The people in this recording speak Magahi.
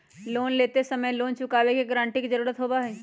लोन लेते समय लोन चुकावे के गारंटी के जरुरत होबा हई